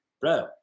bro